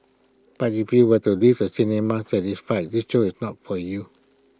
but if you want to leave the cinema satisfied this show is not for you